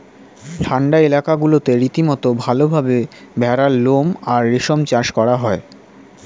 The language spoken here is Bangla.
ঠান্ডা এলাকাগুলোতে রীতিমতো ভালভাবে ভেড়ার লোম আর রেশম চাষ করা হয়